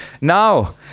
Now